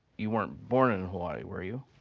you weren't born in hawaii, were you?